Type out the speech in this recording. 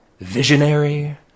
Visionary